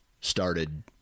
started